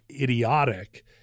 idiotic